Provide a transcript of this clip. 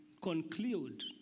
conclude